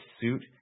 suit